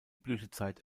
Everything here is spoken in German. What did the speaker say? blütezeit